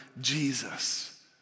Jesus